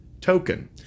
token